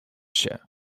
się